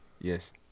yes